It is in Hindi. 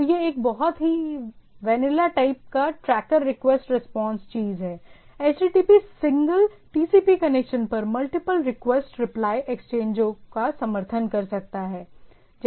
तो यह एक बहुत ही वैनिला टाइप का ट्रैकर रिक्वेस्ट रिस्पांस चीज है HTTP सिंगल TCP कनेक्शन पर मल्टीपल रिक्वेस्ट रिप्लाई एक्सचेंजों का समर्थन कर सकता है